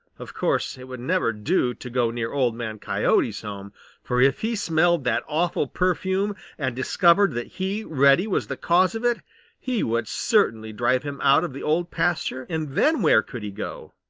of course it would never do to go near old man coyote's home for if he smelled that awful perfume and discovered that he, reddy, was the cause of it he would certainly drive him out of the old pasture and then where could he go?